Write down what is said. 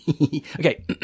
Okay